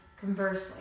conversely